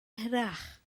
hirach